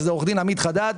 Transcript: שזה עורך דין עמית חדד.